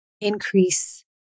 increase